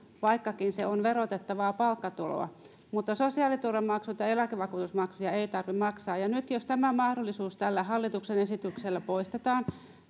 vaikkakin se on verotettavaa palkkatuloa siis sosiaaliturvamaksuja ja eläkevakuutusmaksuja ei tarvitse maksaa ja nyt jos tämä mahdollisuus tällä hallituksen esityksellä poistetaan